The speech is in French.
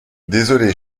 désolé